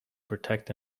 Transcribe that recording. protect